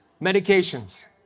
Medications